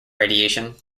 radiation